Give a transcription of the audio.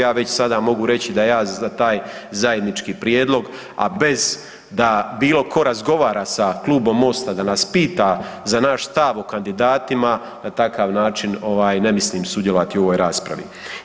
Ja već sada mogu reći da ja za taj zajednički prijedlog a bez da bilo ko razgovara sa klubom Mosta, da nas pita za naš stav o kandidatima, na takav način ne mislim sudjelovati u ovoj raspravi.